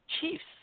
Chiefs